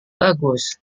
bagus